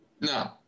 no